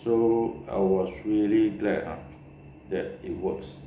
so I was really glad ah that it works